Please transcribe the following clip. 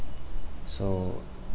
so